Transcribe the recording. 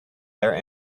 their